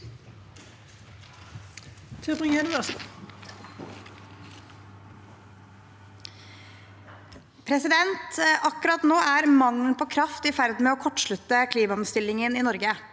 Akkurat nå er mangelen på kraft i ferd med å kortslutte klimaomstillingen i Norge.